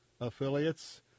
affiliates